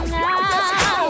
now